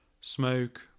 smoke